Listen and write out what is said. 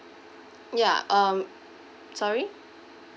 ya um sorry